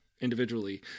individually